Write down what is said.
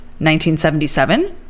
1977